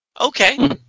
Okay